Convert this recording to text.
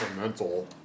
mental